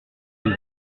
vous